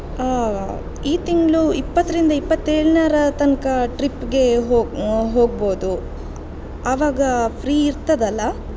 ಈ ತಿಂಗಳು ಇಪ್ಪತ್ತರಿಂದ ಇಪ್ಪತ್ತೇಳರ ತನಕ ಟ್ರಿಪ್ಗೆ ಹೋಗ ಹೋಗ್ಬೋದು ಆವಾಗ ಫ್ರೀ ಇರ್ತದಲ್ಲಾ